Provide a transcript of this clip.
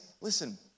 listen